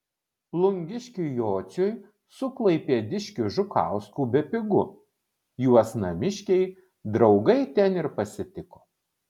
plungiškiui jociui su klaipėdiškiu žukausku bepigu juos namiškiai draugai ten ir pasitiko